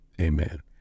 Amen